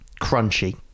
crunchy